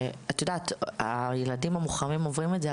את יודעת הילדים המוחרמים עוברים את זה,